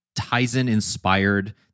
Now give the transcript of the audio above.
Tizen-inspired